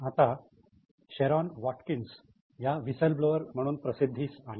आता Sharon Watkins या whistleblower म्हणून प्रसिद्धीस आल्या